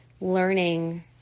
learning